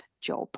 job